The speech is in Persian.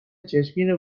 چشمگیر